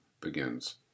begins